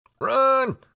Run